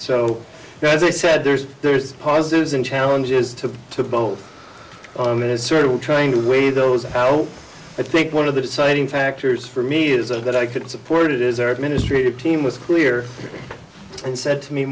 so as i said there's there's positives and challenges to to both on and sort of trying to weigh those out i think one of the deciding factors for me is that i can support it is our administrative team was clear and said to me